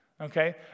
okay